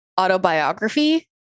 autobiography